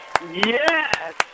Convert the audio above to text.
Yes